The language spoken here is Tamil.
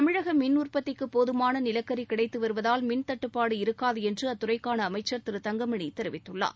தமிழக மின் உற்பத்திக்கு போதுமான நிலக்கரி கிடைத்து வருவதால் மின் தட்டுப்பாடு இருக்காது என்று அத்துறைக்கான அமைச்சர் திரு தங்கமணி தெரிவித்துள்ளார்